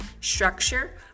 structure